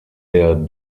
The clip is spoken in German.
der